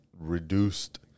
reduced